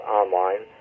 online